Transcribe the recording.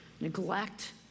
neglect